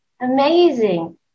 Amazing